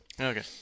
Okay